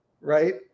right